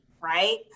Right